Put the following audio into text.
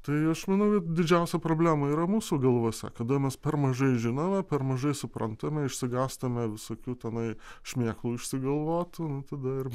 tai aš manau kad didžiausia problema yra mūsų galvose kada mes per mažai žinome per mažai suprantame išsigąstame visokių tenai šmėklų išsigalvotų nu tada ir